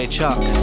Chuck